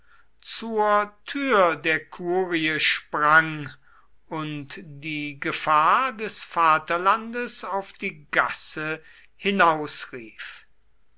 zur tür der kurie sprang und die gefahr des vaterlandes auf die gasse